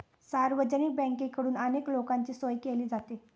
सार्वजनिक बँकेकडून अनेक लोकांची सोय केली जाते